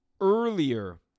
earlier